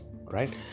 right